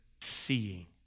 seeing